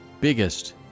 biggest